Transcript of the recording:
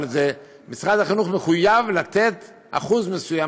אבל משרד החינוך מחויב לתת אחוז מסוים,